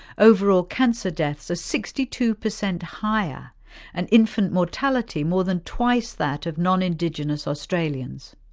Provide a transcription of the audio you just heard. overall cancer deaths are sixty two percent higher and infant mortality more than twice that of non-indigenous australians.